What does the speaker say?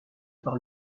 par